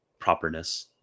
properness